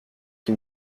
qui